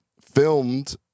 Filmed